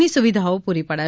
ની સુવિધાઓ પુરી પડાશે